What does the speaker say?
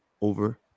over